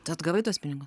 tu atgavai tuos pinigus